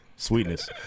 Sweetness